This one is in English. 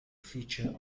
feature